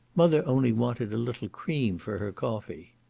mother only wanted a little cream for her coffee.